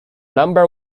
number